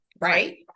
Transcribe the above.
Right